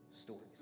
stories